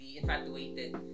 infatuated